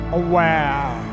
aware